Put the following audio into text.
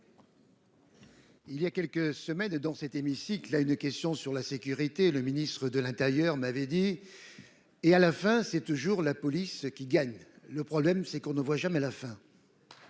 Il y a quelques semaines et dans cet hémicycle à une question sur la sécurité. Le ministre de l'Intérieur m'avait dit. Et à la fin, c'est toujours la police qui gagne. Le problème c'est qu'on ne voit jamais la fin.--